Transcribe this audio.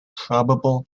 probable